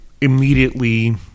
immediately